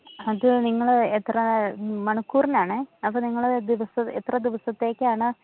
അത് നിങ്ങൾ എത്ര മണിക്കൂറിനാണ് അപ്പോൾ നിങ്ങൾ ദിവസം എത്ര ദിവസത്തേക്കാണ്